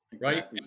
Right